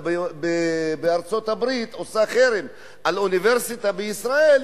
בארצות-הברית עושה חרם על אוניברסיטה בישראל,